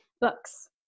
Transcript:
books